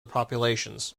populations